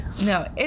No